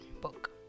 book